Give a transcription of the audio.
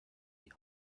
die